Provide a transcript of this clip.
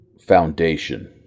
foundation